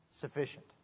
sufficient